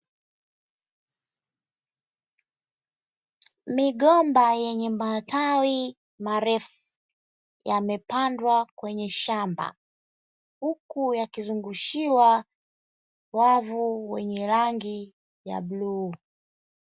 Migomba yenye matawi marefu yamepandwa kwenye shamba huku yakizungushiwa wavu wenye rangi ya blue .